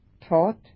taught